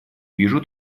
вижу